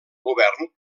govern